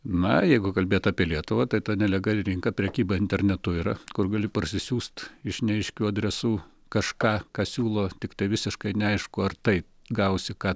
na jeigu kalbėt apie lietuvą tai ta nelegali rinka prekyba internetu yra kur gali parsisiųst iš neaiškių adresų kažką ką siūlo tiktai visiškai neaišku ar tai gausi ką